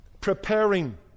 Preparing